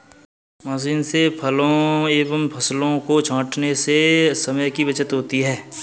machine से फलों एवं फसलों को छाँटने से समय की बचत होती है